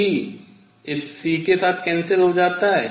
c इस c के साथ cancel हो जाता है